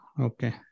Okay